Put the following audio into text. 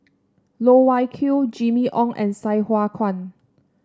Loh Wai Kiew Jimmy Ong and Sai Hua Kuan